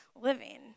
living